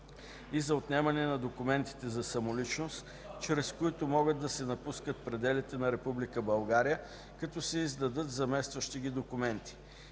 и за отнемане на документите за самоличност, чрез които могат да се напуснат пределите на Република България, като се издадат заместващи ги документи.